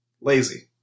lazy